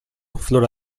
flora